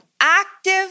active